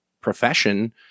profession